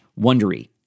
Wondery